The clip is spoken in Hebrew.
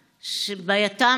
מבוטל.